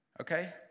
Okay